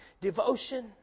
devotion